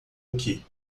aqui